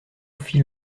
fit